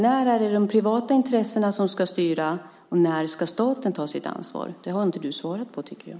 När ska de privata intressena styra och när ska staten ta sitt ansvar? Jag tycker inte att du har svarat på det.